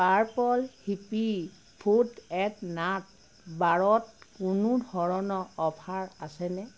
purple hippie fruit at nut বাৰত কোনো ধৰণৰ অফাৰ আছেনে